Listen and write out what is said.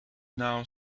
now